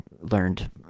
learned